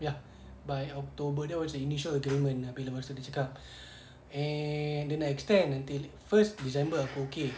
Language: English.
ya by october that was the initial agreement abeh lepastu dia cakap eh yang dia nak extend until first december aku okay